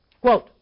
Quote